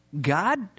God